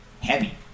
Heavy